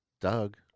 Doug